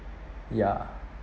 ya